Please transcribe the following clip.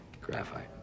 graphite